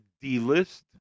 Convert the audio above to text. D-list